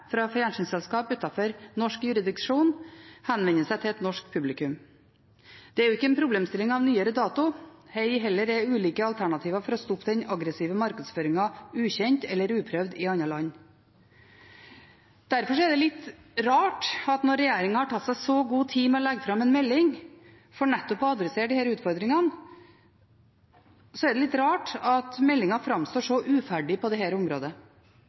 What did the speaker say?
fra fjernsynsselskap utenfor norsk jurisdiksjon henvender seg til et norsk publikum. Det er ikke en problemstilling av nyere dato, ei heller er ulike alternativer for å stoppe den aggressive markedsføringen ukjente eller uprøvde i andre land. Derfor er det litt rart at når regjeringen har tatt seg så god tid med å legge fram en melding for nettopp å adressere disse utfordringene, så framstår meldingen så uferdig på dette området. Senterpartiet har forståelse for at